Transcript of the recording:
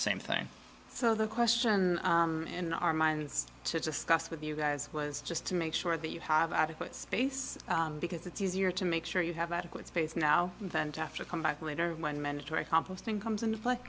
same thing so the question in our minds to discuss with you guys was just to make sure that you have adequate space because it's easier to make sure you have adequate space now than to have to come back later when mandatory composting comes into play